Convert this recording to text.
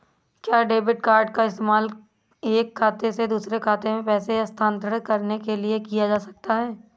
क्या debit card का इस्तेमाल एक खाते से दूसरे खाते में पैसे स्थानांतरण करने के लिए किया जा सकता है?